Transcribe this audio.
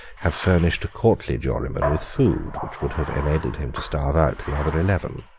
have furnished a courtly juryman with food, which would have enabled him to starve out the other eleven.